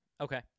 Okay